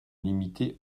limiter